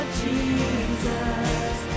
jesus